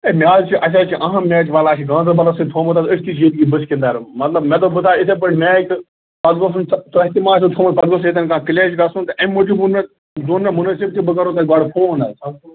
A مےٚ حظ چھِ اَسہِ حظ چھِ اَہَم میچ وللہ اَسہِ چھِ گانٛدَربَلَس سۭتۍ تھوٚمُت حظ أسۍ تہِ چھِ ییٚتہِ کی بَسکِندَر مطلب مےٚ دوٚپ بہٕ تھاو یِتھَے پٲٹھۍ میچ تہٕ پَتہٕ گوٚژھ نہٕ تۄہہِ تہِ مَہ آسیو تھوٚمُت پَتہٕ گوٚژھ نہٕ ییٚتٮ۪ن کانٛہہ کٕلیش گژھُن تہٕ اَمہِ موٗجوٗب ووٚن مےٚ زون مےٚ مُنٲسِب تہِ بہٕ کَرو تۄہہِ گۄڈٕ فون حظ